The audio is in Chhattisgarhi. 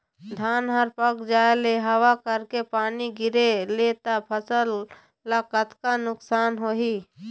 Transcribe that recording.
धान हर पाक जाय ले हवा करके पानी गिरे ले त फसल ला कतका नुकसान होही?